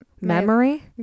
Memory